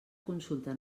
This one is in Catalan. consulta